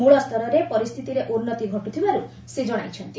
ମୂଳ୍ପରରେ ପରିସ୍ଥିତିରେ ଉନ୍ନତି ଘଟ୍ରଥିବାର୍ତ ସେ ଜଣାଇଛନ୍ତି